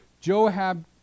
Joab